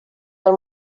del